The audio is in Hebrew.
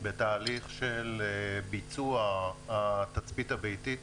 בתהליך של ביצוע התצפית הביתית,